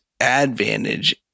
advantage